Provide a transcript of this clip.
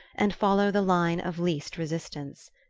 and follow the line of least resistance.